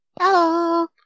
Hello